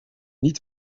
niet